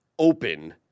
open